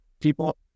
people